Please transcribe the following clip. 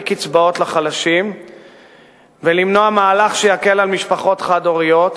קצבאות לחלשים ולמנוע מהלך שיקל על משפחות חד-הוריות,